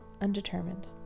undetermined